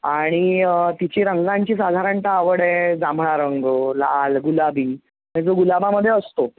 आणि तिची रंगांची साधारणतः आवड आहे जांभळा रंग लाल गुलाबी म्हणजे जो गुलाबामध्ये असतो